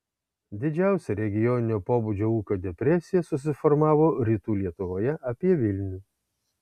didžiausia regioninio pobūdžio ūkio depresija susiformavo rytų lietuvoje apie vilnių